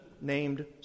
named